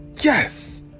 Yes